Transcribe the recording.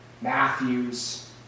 Matthews